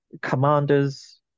commanders